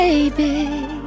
Baby